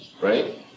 right